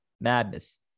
madness